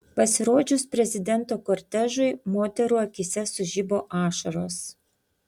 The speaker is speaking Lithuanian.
pasirodžius prezidento kortežui moterų akyse sužibo ašaros